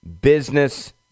business